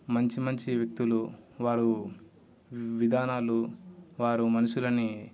మంచి మంచి వ్యక్తులు వారు విధానాలు వారు మనుషులని